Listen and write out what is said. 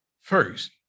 first